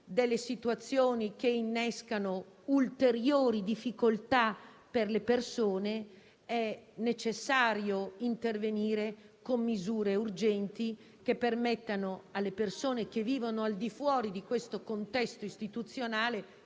delle situazioni che innescano ulteriori difficoltà per le persone, è necessario intervenire con misure urgenti che permettano a chi vive al di fuori di questo contesto istituzionale,